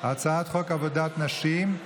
הצעת חוק עבודת נשים.